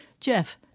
Jeff